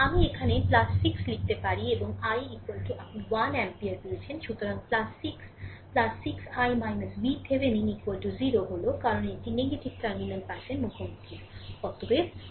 সুতরাং আমি এখানে 6 লিখতে পারি এবং i আপনি 1 অ্যাম্পিয়ার পেয়েছেন সুতরাং 6 6 i VThevenin 0 হল কারণ এটি নেতিবাচক টার্মিনাল পাসের মুখোমুখি